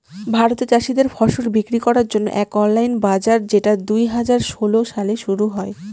ভারতে চাষীদের ফসল বিক্রি করার জন্য এক অনলাইন বাজার যেটা দুই হাজার ষোলো সালে শুরু হয়